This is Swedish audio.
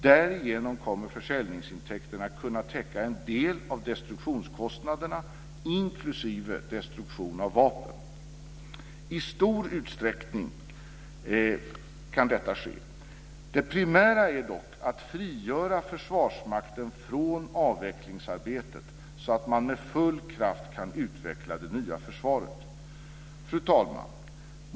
Därigenom kommer försäljningsintäkterna att kunna täcka en del av destruktionskostnaderna, inklusive destruktion av vapen. I stor utsträckning kan detta ske. Det primära är dock att frigöra Försvarsmakten från avvecklingsarbetet, så att man med full kraft kan utveckla det nya försvaret. Fru talman!